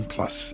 Plus